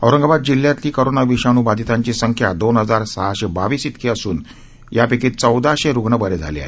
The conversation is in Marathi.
औरंगाबाद जिल्ह्यातली कोरोना विषाणू बाधितांची संख्या दोन हजार सहाशे बावीस इतकी झाली असून यापैकी चौदाशे रुग्ण बरे झाले आहेत